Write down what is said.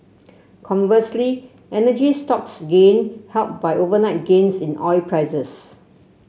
conversely energy stocks gained helped by overnight gains in oil prices